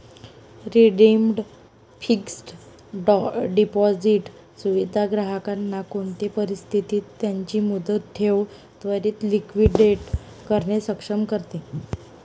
redeemed fixed deposit सुविधा ग्राहकांना कोणते परिस्थितीत त्यांची मुदत ठेव त्वरीत लिक्विडेट करणे सक्षम करते